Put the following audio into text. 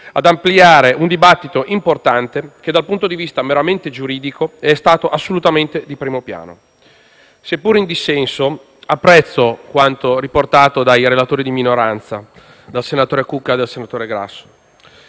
per ampliare un dibattito importante che dal punto di vista meramente giuridico è stato assolutamente di primo piano. Seppur in dissenso, apprezzo quanto riportato dai relatori di minoranza, dal senatore Cucca e dal senatore Grasso.